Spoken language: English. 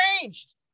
changed